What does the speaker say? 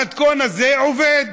המתכון הזה עובד,